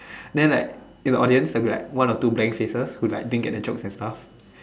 then like in the audience there will be like one or two blank faces who didn't get the jokes and stuff